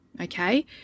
Okay